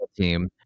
team